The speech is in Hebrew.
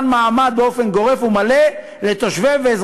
יש לנו היום קו הגנה יחסית פשוט ביהודה ושומרון,